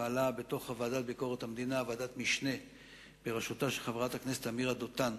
פעלה בתוכה ועדת משנה בראשותה של חברת הכנסת עמירה דותן.